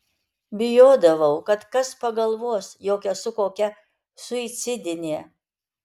bijodavau kad kas pagalvos jog esu kokia suicidinė